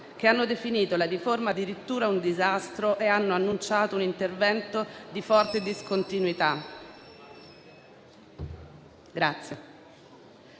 che hanno definito la riforma addirittura un disastro e hanno annunciato un intervento di forte discontinuità.